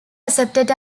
accepted